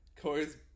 Corey's